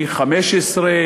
15,